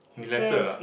elected ah